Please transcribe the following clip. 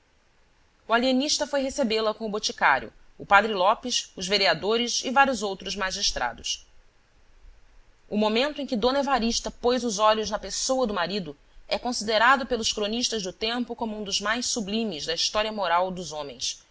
o alienista foi recebê-la com o boticário o padre lopes os vereadores e vários outros magistrados o momento em que d evarista pôs os olhos na pessoa do marido é considerado pelos cronistas do tempo como um dos mais sublimes da história moral dos homens